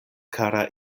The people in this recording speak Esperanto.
kara